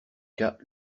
cas